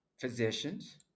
physicians